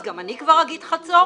אז אני כבר אגיד חצור